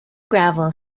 gravel